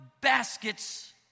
baskets